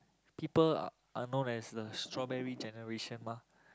people are known as the strawberry generation mah